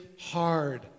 hard